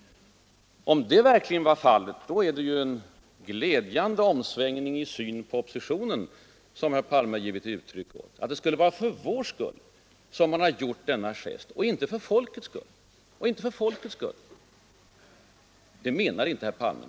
Om motsatsen verkligen var fallet är det ju en uppseendeväckande omsvängning i synen på oppositionen som herr Palme givit uttryck åt: att det skulle vara för vår skull man gjort denna ”gest”, och inte för folkets skull. Det menar inte herr Palme!